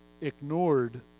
ignored